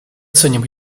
ценим